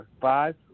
five